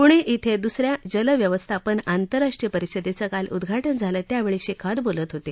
पुणे ॐ दुस या जल व्यवस्थापन आंतरराष्ट्रीय परिषदेचं काल उद्घाटन झालं त्यावेळी शेखावत बोलत होते